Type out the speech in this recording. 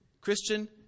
Christian